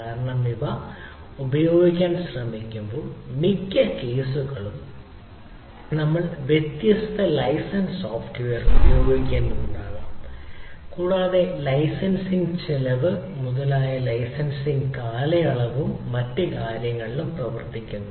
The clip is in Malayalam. കാരണം ഇവ ഉപയോഗിക്കാൻ ശ്രമിക്കുമ്പോൾ മിക്ക കേസുകളും നമ്മൾ വ്യത്യസ്ത ലൈസൻസ് സോഫ്റ്റ്വെയർ ഉപയോഗിക്കുന്നുണ്ടാകാം കൂടാതെ ലൈസൻസിംഗ് ചെലവ് മുതലായവ ആ ലൈസൻസിംഗ് കാലയളവ് മാത്രമല്ല മറ്റ് കാര്യങ്ങളും പ്രവർത്തിക്കുന്നു